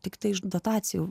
tiktai iš dotacijų